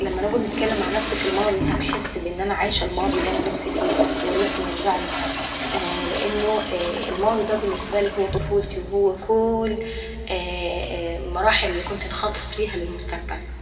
لما نقعد نتكلم مع نفسي في الماضي هنحس بان انا عايشة الماضي اللي انا نفسي فيه ونفسي نرجعله، لأنه الماضي بالنسبة لي دا طفولتي وهو كووول مراحلي اللي كنت نخطط فيها للمستقبل.